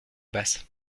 basse